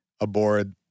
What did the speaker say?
aboard